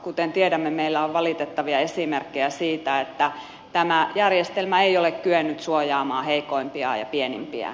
kuten tiedämme meillä on valitettavia esimerkkejä siitä että tämä järjestelmä ei ole kyennyt suojaamaan heikoimpiaan ja pienimpiään